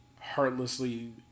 heartlessly